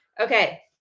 Okay